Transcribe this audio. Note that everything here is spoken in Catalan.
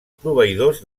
proveïdors